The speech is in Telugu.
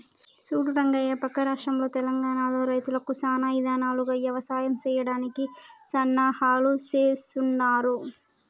సూడు రంగయ్య పక్క రాష్ట్రంలో తెలంగానలో రైతులకు సానా ఇధాలుగా యవసాయం సెయ్యడానికి సన్నాహాలు సేస్తున్నారు